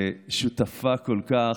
ששותפה כל כך,